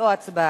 או הצבעה.